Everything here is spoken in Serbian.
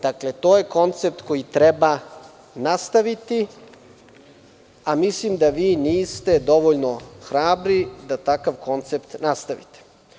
To je koncept koji treba nastaviti, a mislim da vi niste dovoljno hrabri da takav koncept nastavite.